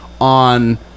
on